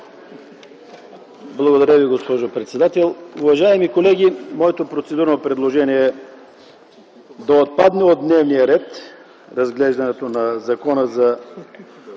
Благодаря Ви, госпожо председател. Уважаеми колеги, моето процедурно предложение е да отпадне от дневния ред разглеждането на Законопроекта